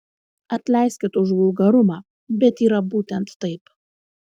atleiskit už vulgarumą bet yra būtent taip